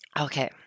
Okay